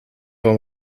van